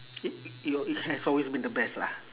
i~ i~ it al~ it has always been the best lah